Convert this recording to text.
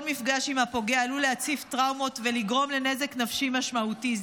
כל מפגש עם הפוגע עלול להציף טראומות ולגרום לנזק נפשי משמעותי.